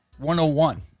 101